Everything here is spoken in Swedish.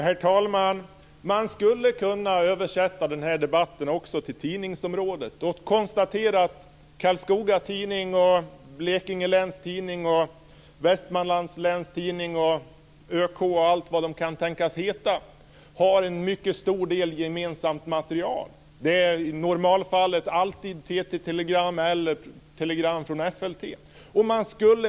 Herr talman! Man skulle kunna översätta den här debatten till tidningsområdet också. Karlskoga Tidning, Blekinge Läns Tidning, Vestmanlands Läns Tidning, ÖK och allt vad de kan tänkas heta har en mycket stor del gemensamt material. I normalfallet är det alltid TT-telegram eller telegram från FLT.